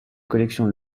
collection